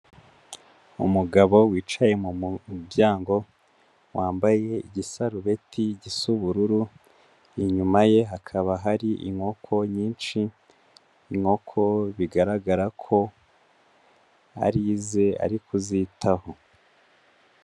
Umugabo wicaye mu muryango wambaye igisarubeti gisa ubururu, inyuma ye hakaba hari inkoko nyinshi, inkoko bigaragara ko ari ize ari kuzitaho.